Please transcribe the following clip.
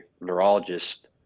neurologist